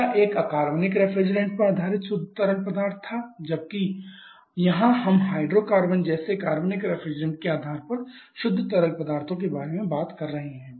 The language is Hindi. पिछला एक अकार्बनिक रेफ्रिजरेंट पर आधारित शुद्ध तरल पदार्थ था जबकि यहाँ हम हाइड्रोकार्बन जैसे कार्बनिक रेफ्रिजरेंट के आधार पर शुद्ध तरल पदार्थों के बारे में बात कर रहे हैं